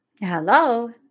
Hello